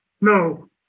no